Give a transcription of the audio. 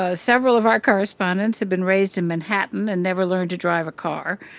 ah several of our correspondents have been raised in manhattan and never learned to drive a car.